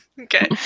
Okay